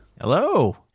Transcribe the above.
Hello